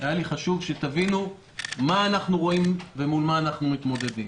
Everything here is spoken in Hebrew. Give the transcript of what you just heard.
היה לי חשוב שתבינו מה אנחנו רואים ומול מה אנחנו מתמודדים.